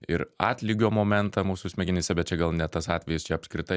ir atlygio momentą mūsų smegenyse bet čia gal ne tas atvejis čia apskritai